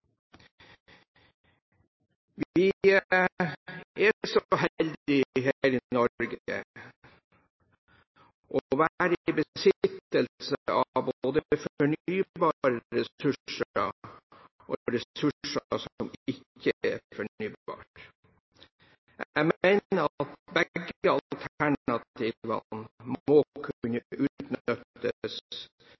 Vi er så heldige her i Norge å være i besittelse av både fornybare ressurser og ressurser som ikke er fornybare. Jeg mener at begge alternativene må kunne